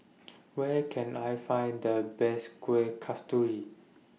Where Can I Find The Best Kueh Kasturi